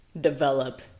develop